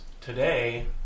today